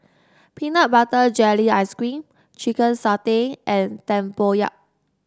Peanut Butter Jelly Ice cream Chicken Satay and tempoyak